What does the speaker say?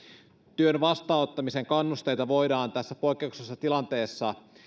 työn vastaanottamisen kannusteita voidaan tässä poikkeuksellisessa tilanteessa